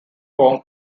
form